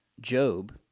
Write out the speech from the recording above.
job